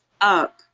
up